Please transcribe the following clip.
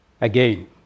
again